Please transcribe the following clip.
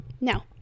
Now